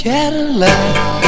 Cadillac